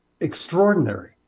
extraordinary